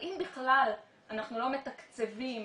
אם בכלל אנחנו לא מתקצבים